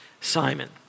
Simon